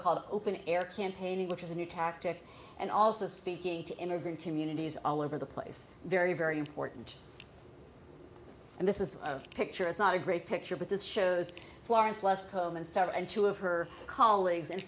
called open air campaign which is a new tactic and also speaking to intervene communities all over the place very very important and this is a picture it's not a great picture but this shows florence less home and seven and two of her colleagues in